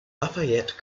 lafayette